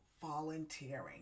volunteering